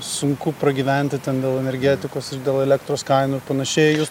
sunku pragyventi ten dėl energetikos ir dėl elektros kainų ir panašiai jūs